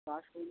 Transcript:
তো আসুন